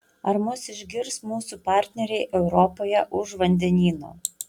ar mus išgirs mūsų partneriai europoje už vandenyno